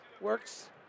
Works